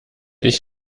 ich